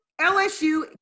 LSU